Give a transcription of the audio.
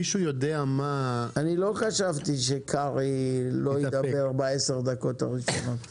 מישהו יודע מה --- אני לא חשבתי שקרעי לא ידבר בעשר הדקות הראשונות.